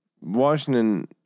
Washington